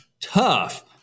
tough